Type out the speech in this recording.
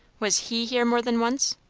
was he here more than once?